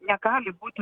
negali būti